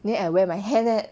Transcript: then I wear my hairnet